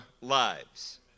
lives